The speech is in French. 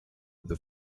the